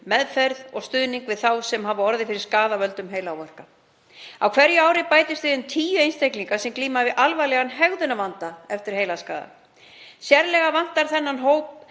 meðferð og stuðning við þá sem orðið hafa fyrir skaða af völdum heilaáverka. Á hverju ári bætast við tíu einstaklingar sem glíma við alvarlegan hegðunarvanda eftir heilaskaða. Sérlega vantar þennan hóp